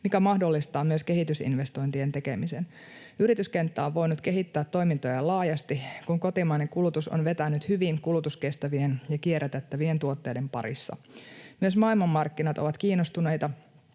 mikä mahdollistaa myös kehitysinvestointien tekemisen. Yrityskenttä on voinut kehittää toimintojaan laajasti, kun kotimainen kulutus on vetänyt hyvin kulutuskestävien ja kierrätettävien tuotteiden parissa, myös maailmanmarkkinat ovat kiinnostuneita